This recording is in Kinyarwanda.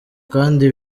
kandi